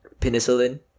penicillin